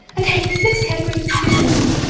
okay, next category, supervision.